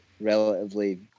relatively